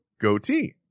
goatee